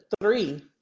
three